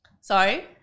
sorry